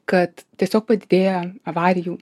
kad tiesiog padidėja avarijų